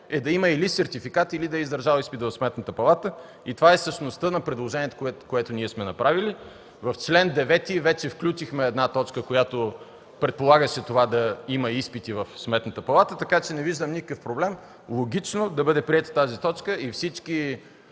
е да има или сертификат, или да е издържал изпит в Сметната палата. Това е същността на предложението, което сме направили. В чл. 9 вече включихме точка, която предполагаше да има изпити в Сметната палата, така че не виждам никакъв проблем логично да бъде приета тази точка и всички